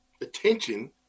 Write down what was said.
attention